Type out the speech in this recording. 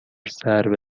ضرب